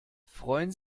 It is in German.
freuen